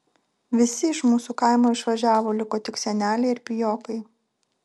visi iš mūsų kaimo išvažiavo liko tik seneliai ir pijokai